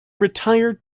retired